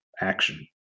action